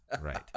Right